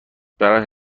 برای